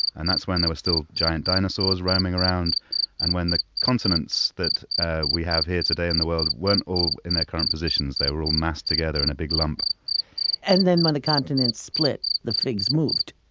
and that's when there were still giant dinosaurs roaming around and when the continents that ah we have here today in the world weren't all in their current positions. they were all massed together in a big lump and when the continents split, the figs moved.